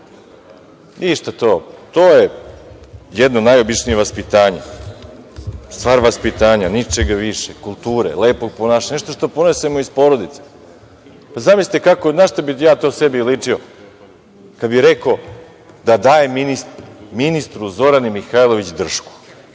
izrekao. To je jedno najobičnije vaspitanje, stvar vaspitanja, kulture, lepog ponašanja, nešto što ponesemo iz porodice. Zamislite na šta bih ja sebi ličio kada bih rekao da dajem ministru, Zorani Mihajlović, dršku!